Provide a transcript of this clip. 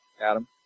Adam